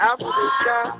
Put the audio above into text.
Africa